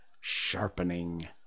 sharpening